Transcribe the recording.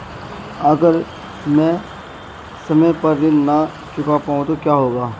अगर म ैं समय पर ऋण न चुका पाउँ तो क्या होगा?